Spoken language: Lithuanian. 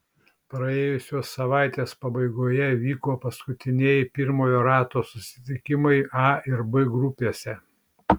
praėjusios savaitės pabaigoje vyko paskutinieji pirmojo rato susitikimai a ir b grupėse